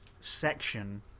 section